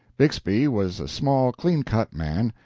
bixby was a small, clean-cut man.